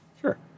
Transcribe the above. Sure